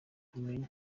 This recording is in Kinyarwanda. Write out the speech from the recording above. kumenya